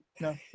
no